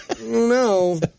no